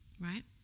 right